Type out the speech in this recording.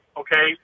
okay